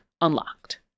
unlocked